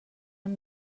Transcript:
amb